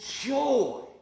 joy